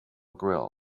grill